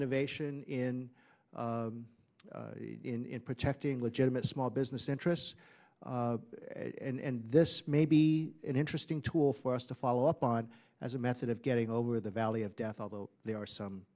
innovation in protecting legitimate small business interests and this may be an interesting tool for us to follow up on as a method of getting over the valley of death although there are some